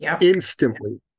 Instantly